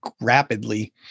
rapidly